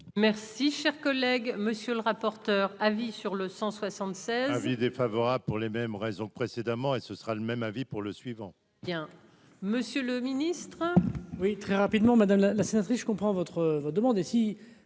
Merci. Collègue monsieur le rapporteur, avis sur le 176. Avis défavorable pour les mêmes raisons que précédemment, et ce sera le même avis pour le suivant. Bien, Monsieur le Ministre. Oui, très rapidement, madame la sénatrice, je comprends votre votre